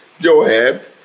Joab